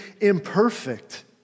imperfect